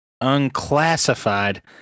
Unclassified